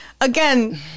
again